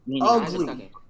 Ugly